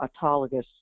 autologous